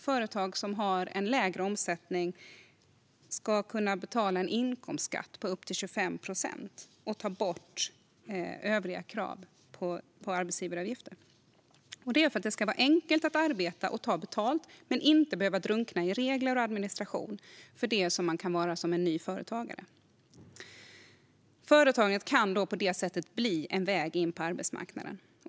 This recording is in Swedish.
Företag som har en lägre omsättning ska kunna betala en inkomstskatt på upp till 25 procent, och övriga krav på arbetsgivaravgifter ska tas bort. Detta för att göra det enkelt att arbeta och ta betalt utan att behöva drunkna i regler och administration som ny företagare. På det sättet kan företagen bli en väg in på arbetsmarknaden.